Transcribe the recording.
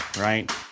right